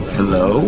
Hello